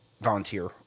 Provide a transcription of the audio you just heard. volunteer